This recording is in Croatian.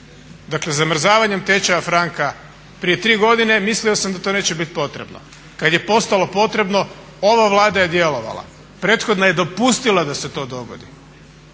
dakle zamrzavanje tečaja franka, prije 3 godine mislio sam da to neće bit potrebno, kad je postalo potrebno ova Vlada je djelovala, prethodna je dopustila da se to dogodi.